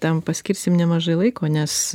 tam paskirsim nemažai laiko nes